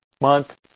month